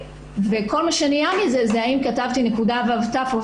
וכל מה שנהיה מזה זה האם כתבתי נקודה ב-ת' או